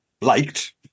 liked